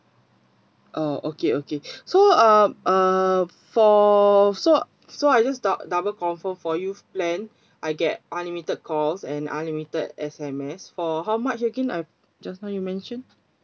oh okay okay so uh uh for so so I just doub~ double confirm for youth plan I get unlimited calls and unlimited S_M_S for how much I just now you mention